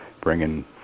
bringing